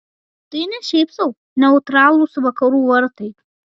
tai ne šiaip sau neutralūs vakarų vartai